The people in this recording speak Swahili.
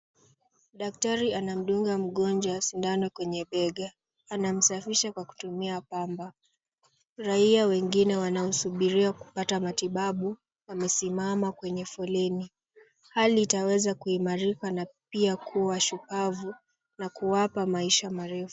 Daktari anamdunga mgonjwa sindano kwenye bega. Anamsafisha kwa kutumia pamba. Raia wengine wanaosubiria kupata matibabu, wamesimama kwenye foleni. Hali itaweza kuimarika na pia kuwa shupavu na kuwapa maisha marefu.